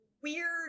weird